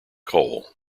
coal